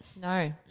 No